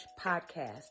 podcast